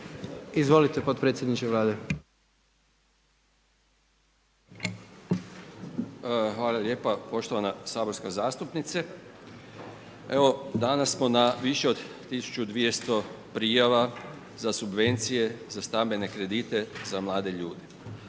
**Štromar, Predrag (HNS)** Hvala lijepo poštovana saborska zastupnice. Danas smo na više od 1200 prijava za subvencije za stambene kredite, za mlade ljude.